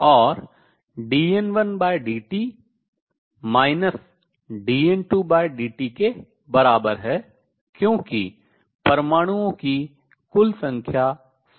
और dN1dt dN2dt के बराबर है क्योंकि परमाणुओं की कुल संख्या समान रहती है